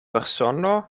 persono